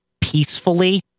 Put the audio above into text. peacefully